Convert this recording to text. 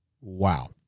Wow